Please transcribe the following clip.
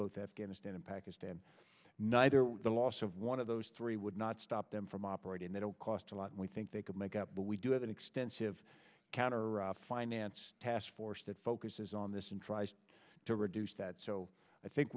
both afghanistan and pakistan neither the loss of one of those three would not stop them from operating they don't cost a lot and we think they could make up but we do have an extensive counter finance task force that focuses on this and tries to reduce that so i think